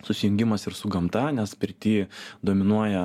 susijungimas ir su gamta nes pirty dominuoja